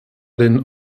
den